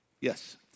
Yes